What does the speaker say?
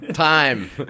Time